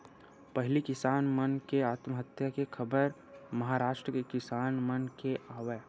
पहिली किसान मन के आत्महत्या के खबर महारास्ट के किसान मन के आवय